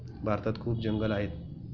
भारतात खूप जंगलं आहेत